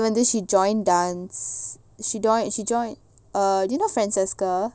she join dance she join dance err you know francesca